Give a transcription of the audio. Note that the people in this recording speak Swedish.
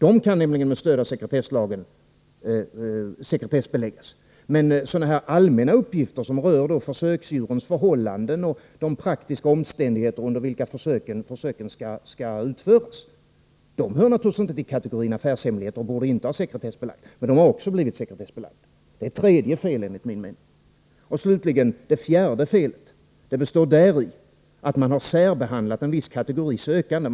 Dessa kan nämligen sekretessbeläggas med stöd av lagen, men sådana här allmänna uppgifter som rör försöksdjurs förhållanden och de praktiska omständigheter under vilka försöken skall utföras, hör naturligtvis inte till kategorin affärshemligheter och borde inte ha sekretessbelagts. Men de har också blivit sekretessbelagda. Det är det tredje felet. Det fjärde felet består däri att man särbehandlat en viss kategori sökande.